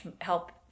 help